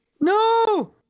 No